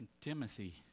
Timothy